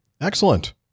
Excellent